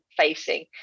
facing